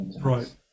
Right